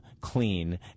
clean